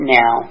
now